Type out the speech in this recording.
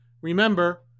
Remember